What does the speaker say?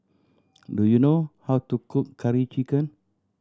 do you know how to cook Curry Chicken